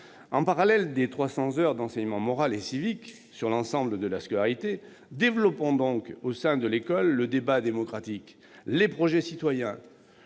En parallèle des 300 heures d'enseignement moral et civique dispensées sur l'ensemble de la scolarité, développons au sein de l'école le débat démocratique, les projets citoyens,